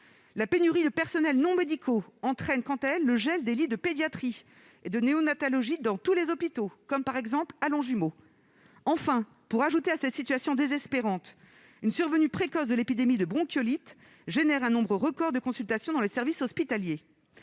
La pénurie de personnel non médical, quant à elle, entraîne le gel de lits de pédiatrie et de néonatalogie dans tous les hôpitaux comme, par exemple, à Longjumeau. Enfin, pour ajouter à cette situation désespérante, la survenue précoce de l'épidémie de bronchiolite engendre un nombre record de consultations dans les services hospitaliers.